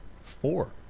four